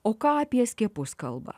o ką apie skiepus kalba